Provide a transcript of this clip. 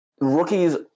rookies